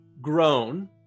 grown